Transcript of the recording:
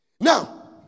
Now